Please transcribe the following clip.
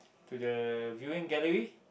to the viewing gallery